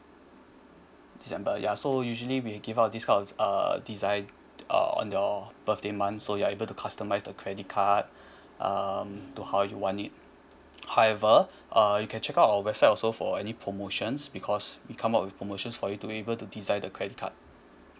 december ya so usually we give out these kind of uh design uh on your birthday month so you're able to customise the credit card um to how you want it however uh you can check out our website also for any promotions because we come out with promotions for you to be able to design the credit card